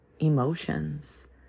emotions